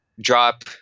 drop